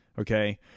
Okay